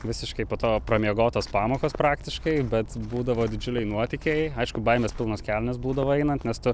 visiškai po to pramiegotos pamokos praktiškai bet būdavo didžiuliai nuotykiai aišku baimės pilnos kelnės būdavo einant nes tu